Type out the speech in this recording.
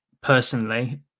personally